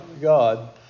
God